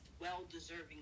well-deserving